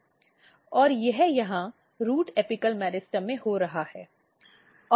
और यह यहां रूट एपिकल मेरिस्टेम में हो रहा है